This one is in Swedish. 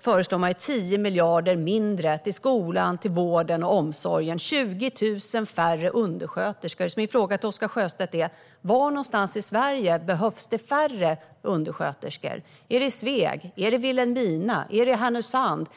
föreslår man 10 miljarder mindre till skolan och till vården och omsorgen. Det är 20 000 undersköterskor färre. Min fråga till Oscar Sjöstedt är: Var någonstans i Sverige behövs det färre undersköterskor? Är det i Sveg? Är det i Vilhelmina? Är det i Härnösand?